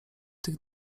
tych